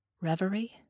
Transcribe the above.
reverie